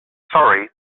sorry